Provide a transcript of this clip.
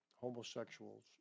homosexuals